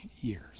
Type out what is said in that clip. years